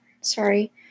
sorry